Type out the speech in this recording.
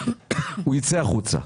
הוא ייצא החוצה.